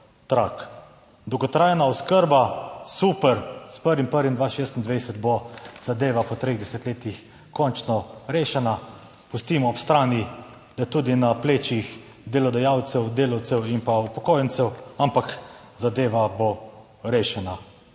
Dolgotrajna oskrba, super s 1. 1. 2026 bo zadeva po treh desetletjih končno rešena. Pustimo ob strani, da je tudi na plečih delodajalcev, delavcev in pa upokojencev, ampak zadeva bo rešena.